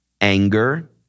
anger